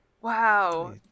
Wow